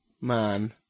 Man